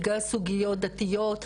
בגלל סוגיות דתיות,